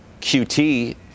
QT